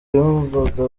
yumvaga